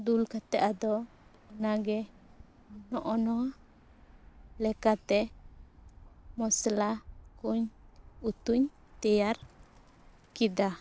ᱫᱩᱞ ᱠᱟᱛᱮᱫ ᱟᱫᱚ ᱚᱱᱟ ᱜᱮ ᱱᱚᱜᱼᱚ ᱱᱚᱶᱟ ᱞᱮᱠᱟᱛᱮ ᱢᱚᱥᱞᱟ ᱠᱚᱧ ᱩᱛᱩᱧ ᱛᱮᱭᱟᱨ ᱠᱮᱫᱟ